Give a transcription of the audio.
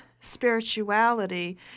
spirituality